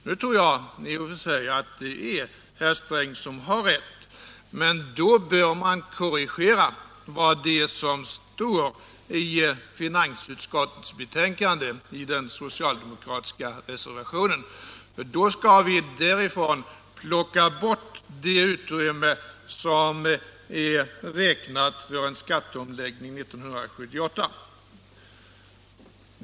Jag tror i och för sig att det är herr Sträng som har rätt, men då bör man korrigera det som står i den socialdemokratiska reservationen till finansutskottets betänkande, då skall vi plocka bort det utrymme som är räknat för en skatteomläggning 1978.